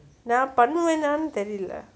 நா பண்ணுவேனானு தெரியல:naa pannuvenaa nu teriyala